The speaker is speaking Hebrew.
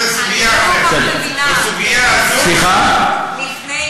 זו סוגיה אחרת.